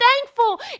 thankful